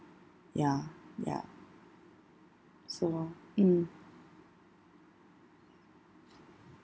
ya ya so uh mm